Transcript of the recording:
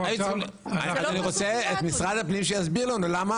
אני רוצה שמשרד הפנים יסביר לנו למה